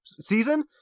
season